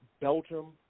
Belgium